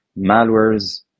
malwares